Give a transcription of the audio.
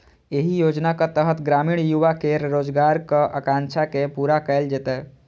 एहि योजनाक तहत ग्रामीण युवा केर रोजगारक आकांक्षा के पूरा कैल जेतै